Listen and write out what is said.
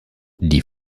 die